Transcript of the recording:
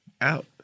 out